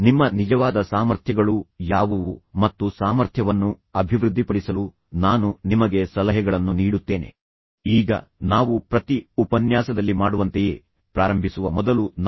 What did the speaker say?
ನಿಮ್ಮ ಜೀವನವು ಯಾವುದೇ ಸಂಘರ್ಷ ಇಲ್ಲದೆ ಇರಬೇಕೆಂದು ನೀವು ದೇವರನ್ನು ಪ್ರಾರ್ಥಿಸಬಾರದು ಎಂದು ನಾನು ನಿಮಗೆ ಹೇಳಿದ್ದೆ ಬದಲಿಗೆ ನಿಮಗೆ ಸಂಘರ್ಷಗಳನ್ನು ಪರಿಹರಿಸಿಕೊಳ್ಳುವ ಶಕ್ತಿ ಮತ್ತು ಮೃದು ಕೌಶಲ್ಯಗಳನ್ನು ನೀಡುವಂತೆ ನೀವು ದೇವರನ್ನು ಕೇಳಿಕೊಳ್ಳಬೇಕು